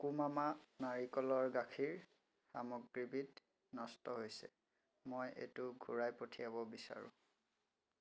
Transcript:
Cocomama নাৰিকলৰ গাখীৰ সামগ্ৰীবিধ নষ্ট হৈছে মই এইটো ঘূৰাই পঠিয়াব বিচাৰোঁ